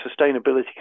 sustainability